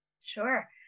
Sure